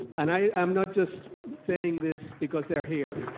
and i am not just saying this because they're here.